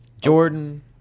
Jordan